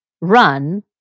run